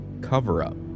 cover-up